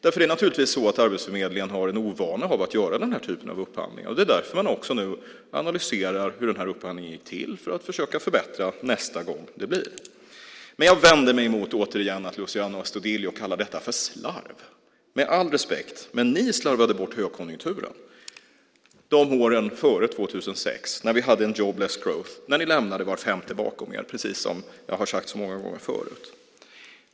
Arbetsförmedlingen är ju ovan att göra den här typen av upphandlingar. Det är också därför man nu analyserar hur upphandlingen gick till för att försöka förbättra det hela nästa gång det blir av. Men jag vänder mig återigen mot att Luciano Astudillo kallar detta för slarv. Med all respekt - ni slarvade bort högkonjunkturen åren före 2006 när vi hade en jobless growth och när ni lämnade var femte bakom er precis som jag har sagt så många gånger förut.